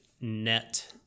net